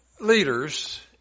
leaders